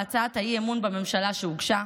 הצעת האי-אמון בממשלה שהוגשה.